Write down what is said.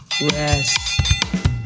rest